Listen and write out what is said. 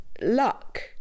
luck